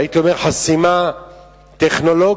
והייתי אומר: חסימה טכנולוגית,